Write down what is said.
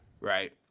right